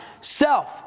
self